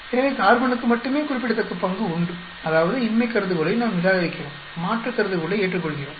எனவே கார்பனுக்கு மட்டுமே குறிப்பிடத்தக்க பங்கு உண்டு அதாவது இன்மை கருதுகோளை நாம் நிராகரிக்கிறோம் மாற்று கருதுகோளை ஏற்றுக்கொள்கிறோம்